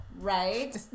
Right